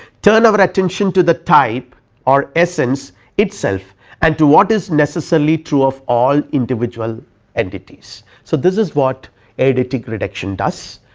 turn our attention to the type or essence itself and to what is necessarily true of all individual entities. so, this is what eidetic reduction does.